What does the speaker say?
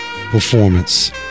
performance